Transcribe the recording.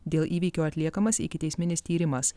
dėl įvykio atliekamas ikiteisminis tyrimas